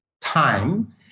time